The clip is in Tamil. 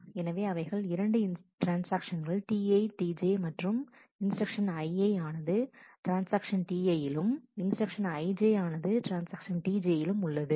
எனவே அவைகள் இரண்டு ட்ரான்ஸ்ஆக்ஷன்கள் TiTj மற்றும் இன்ஸ்டிரக்ஷன்ஸ் Ii ஆனது ட்ரான்ஸ்ஆக்ஷன் Ti யிலும் இன்ஸ்டிரக்ஷன்ஸ் Ij ஆனது ட்ரான்ஸ்ஆக்ஷன் Tj யிலும் உள்ளது